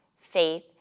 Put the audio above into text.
faith